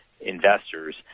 investors